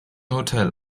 hotel